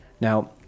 Now